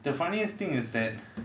the funniest thing is that